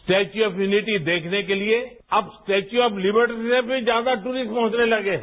statue of unity देखने के लिए अंब स्टेच्यू ऑफ लिबर्टी से भी ज्यादा टूरिस्ट पहुंचने लगे हैं